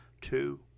two